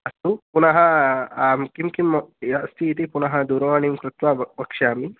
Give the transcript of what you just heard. अस्तु पुनः आं किं किम् अस्ति इति पुनः दूरवाणीं कृत्वा व वक्ष्यामि